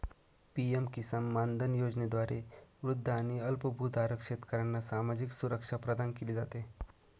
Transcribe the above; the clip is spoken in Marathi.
पी.एम किसान मानधन योजनेद्वारे वृद्ध आणि अल्पभूधारक शेतकऱ्यांना सामाजिक सुरक्षा प्रदान केली जाते